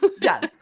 Yes